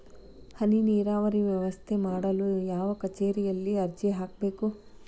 ಹನಿ ನೇರಾವರಿ ವ್ಯವಸ್ಥೆ ಮಾಡಲು ಯಾವ ಕಚೇರಿಯಲ್ಲಿ ಅರ್ಜಿ ಹಾಕಬೇಕು?